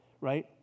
right